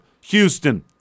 Houston